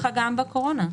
בקורונה.